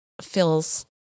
feels